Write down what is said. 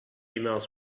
emails